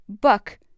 buck